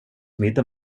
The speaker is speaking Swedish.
middag